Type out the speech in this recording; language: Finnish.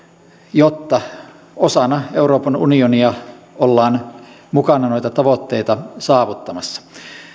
jotta osana euroopan unionia ollaan mukana noita tavoitteita saavuttamassa